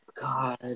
God